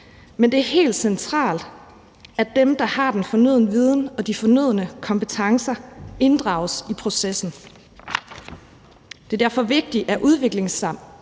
Men det er helt centralt, at dem, der har den fornødne viden og de fornødne kompetencer, inddrages i processen. Det er derfor vigtigt, at udviklingsarbejde